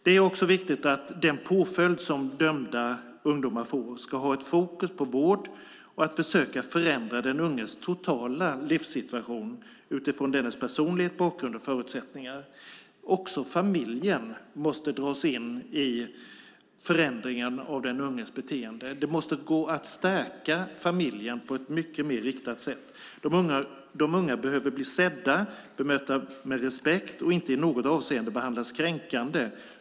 Det är också viktigt att den påföljd som dömda ungdomar får har fokus på vård och på att försöka förändra den unges totala livssituation utifrån dennes personlighet, bakgrund och förutsättningar. Också familjen måste dras in i förändringen av den unges beteende. Det måste gå att stärka familjen på ett mycket mer riktat sätt. De unga behöver bli sedda och bemötta med respekt och ska inte i något avseende behandlas kränkande.